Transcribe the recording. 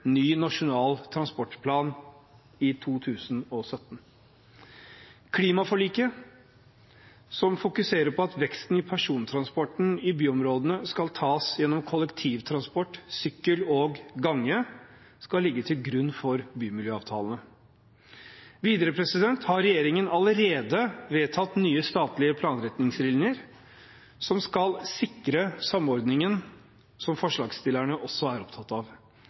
ny nasjonal transportplan i 2017. Klimaforliket, som fokuserer på at veksten i persontransporten i byområdene skal tas gjennom kollektivtransport, sykkel og gange, skal ligge til grunn for bymiljøavtalene. Videre har regjeringen allerede vedtatt nye statlige planretningslinjer, som skal sikre samordningen som forslagsstillerne også er opptatt av.